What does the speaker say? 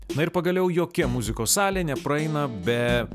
na ir pagaliau jokia muzikos salė nepraeina be